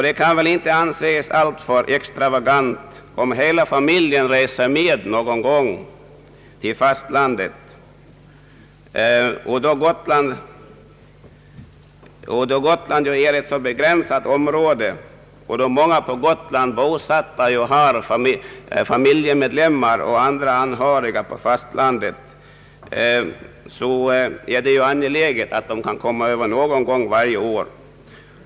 Det kan väl inte anses vara alltför extravagant om hela familjen reser med någon gång varje år till fastlandet, då Gotland är ett ganska begränsat område och då många där bosatta personer har nära släktingar och andra anhöriga på fastlandet, och det är angeläget att de kan komma över och träffas någon gång varje år.